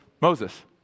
Moses